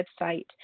website